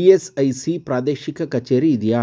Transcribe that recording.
E S I C ಪ್ರಾದೇಶಿಕ ಕಚೇರಿ ಇದೆಯಾ